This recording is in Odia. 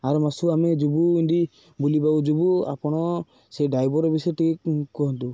ଆର ମାସକୁ ଆମେ ଯିବୁ ଏନ୍ତି ବୁଲିବାକୁ ଯିବୁ ଆପଣ ସେ ଡ୍ରାଇଭର ବି ସେ ଟିକେ କୁହନ୍ତୁ